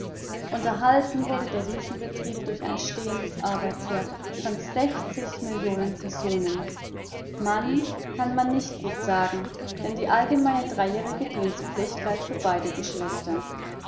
unterhalten wurde der riesenbetrieb durch ein stehendes arbeitsheer von sechzig millionen personen mann kann man nicht gut sagen denn die allgemeine einjährige dienstpflicht galt für beide geschlechter